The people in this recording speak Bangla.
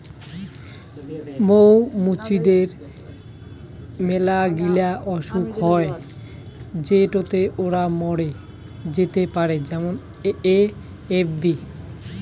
মৌ মুচিদের মেলাগিলা অসুখ হই যেটোতে ওরা মরে যেতে পারে যেমন এ.এফ.বি